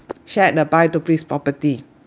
shared the buy to this property